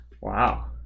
Wow